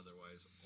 otherwise